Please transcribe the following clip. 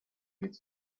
with